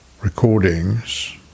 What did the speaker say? recordings